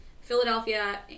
Philadelphia